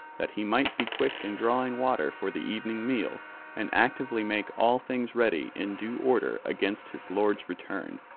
that he might be quick in drawing water for the evening meal and actively make all things ready in due order against his lord's return.